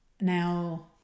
Now